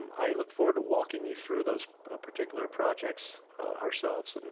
um i look forward to walking you through those particular projects ourselves. and